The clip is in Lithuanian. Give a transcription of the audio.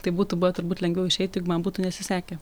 tai būtų buvę turbūt lengviau išeiti jeigu man būtų nesisekę